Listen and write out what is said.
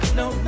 no